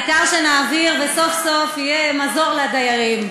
העיקר שנעביר וסוף-סוף יהיה מזור לדיירים.